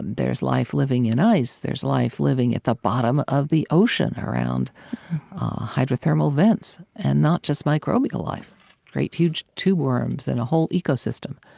there's life living in ice. there's life living at the bottom of the ocean around hydrothermal vents, and not just microbial life great, huge tube worms and a whole ecosystem.